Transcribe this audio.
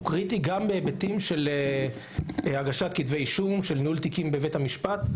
הוא קריטי גם בהיבטים של הגשת כתבי אישום וניהול תיקים בבית המשפט.